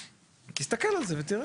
תסתכל על זה ותראה.